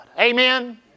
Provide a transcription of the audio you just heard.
amen